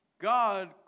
God